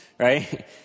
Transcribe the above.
Right